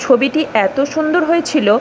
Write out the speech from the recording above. ছবিটি এত সুন্দর হয়েছিল